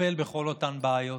לטפל בכל אותן בעיות.